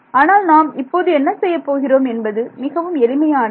ஆனால் நாம் இப்போது என்ன செய்யப்போகிறோம் என்பது மிகவும் எளிமையானது